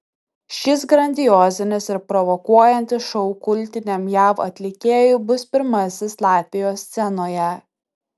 šis grandiozinis ir provokuojantis šou kultiniam jav atlikėjui bus pirmasis latvijos scenoje